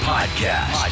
Podcast